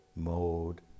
mode